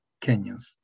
Kenyans